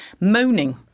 moaning